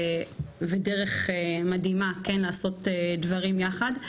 ודרך מדהימה לעשות דברים יחד.